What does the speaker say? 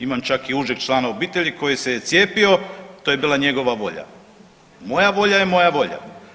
Imam čak i užeg člana obitelji koji se je cijepio, to je bila njegova volja, moja volja je moja volja.